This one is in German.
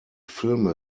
filme